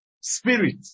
spirit